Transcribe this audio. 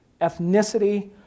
ethnicity